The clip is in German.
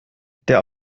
der